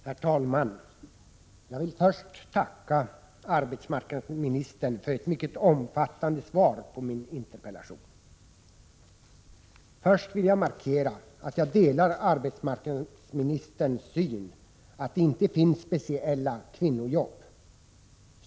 Herr talman! Jag vill tacka arbetsmarknadsministern för ett mycket omfattande svar på min interpellation. Först vill jag markera att jag delar arbetsmarknadsministerns syn att det inte finns speciella kvinnojobb.